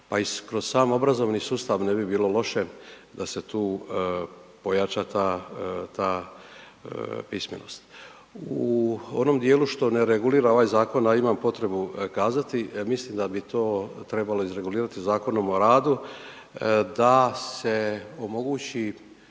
Pa i kroz sam obrazovni sustav ne bi bilo loše da se tu pojača ta pismenost. U onom dijelu što ne regulira ovaj zakon, a imam potrebu kazati, mislim da bi to trebalo izregulirati Zakonom o radu da se omogući